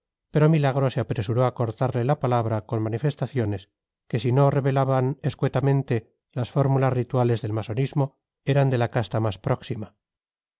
pero milagro se apresuró a cortarle la palabra con manifestaciones que si no revelaban escuetamente las fórmulas rituales del masonismo eran de la casta más próxima